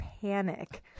panic